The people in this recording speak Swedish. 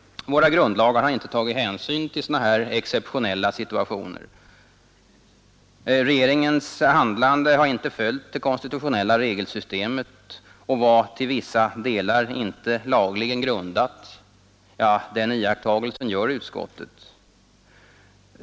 Våra grundlagar har inte tagit hänsyn till sådana här exceptionella situationer. Regeringens handlande har inte följt det konstitutionella regelsystemet, och det var till vissa delar inte lagligen grundat. Ja, den iakttagelsen gör utskottet.